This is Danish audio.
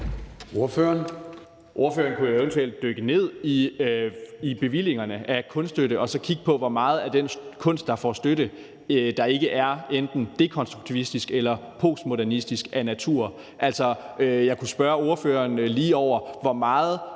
Bjørn (DF): Spørgeren kunne jo eventuelt dykke ned i bevillingerne af kunststøtte og så kigge på, hvor meget af den kunst, der får støtte, der ikke er enten dekonstruktivistisk eller postmodernistisk af natur. Altså, jeg kunne spørge spørgeren lige over, hvor meget